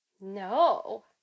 No